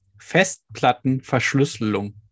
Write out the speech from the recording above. Festplattenverschlüsselung